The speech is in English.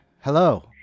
hello